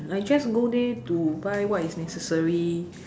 I just go there to buy what is necessary